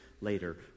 later